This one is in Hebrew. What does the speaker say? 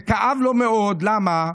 וכאב לו מאוד, למה?